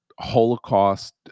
Holocaust